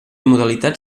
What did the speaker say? modalitat